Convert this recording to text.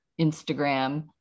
Instagram